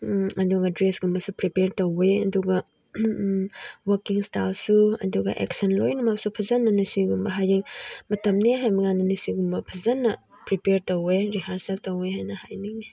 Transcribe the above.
ꯑꯗꯨꯒ ꯗ꯭ꯔꯦꯁꯀꯨꯝꯕꯁꯨ ꯄ꯭ꯔꯤꯄꯦꯌꯔ ꯇꯧꯋꯦ ꯑꯗꯨꯒ ꯋꯥꯀꯤꯡ ꯏꯁꯇꯥꯜꯁꯨ ꯑꯗꯨꯒ ꯑꯦꯛꯁꯟ ꯂꯣꯏꯅꯃꯛꯁꯨ ꯐꯖꯅ ꯑꯁꯤꯒꯨꯝꯕ ꯍꯌꯦꯡ ꯃꯇꯝꯅꯦ ꯍꯥꯏꯕꯀꯥꯟꯗꯗꯤ ꯁꯤꯒꯨꯝꯕ ꯐꯖꯅ ꯄ꯭ꯔꯤꯄꯦꯌꯔ ꯇꯧꯋꯦ ꯔꯤꯍꯥꯔꯁꯦꯜ ꯇꯧꯋꯦ ꯍꯥꯏꯅ ꯍꯥꯏꯅꯤꯡꯉꯤ